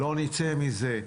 לא נצא מזה,